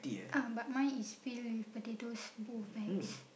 uh but mine is peel potatoes both bags